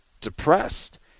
depressed